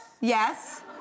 Yes